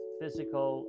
physical